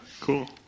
Cool